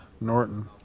Norton